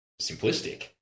simplistic